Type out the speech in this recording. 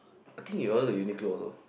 I think your one is Uniqlo also